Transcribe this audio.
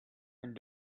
and